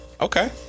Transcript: Okay